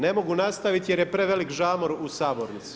Ne mogu nastaviti jer je prevelik žamor u sabornici.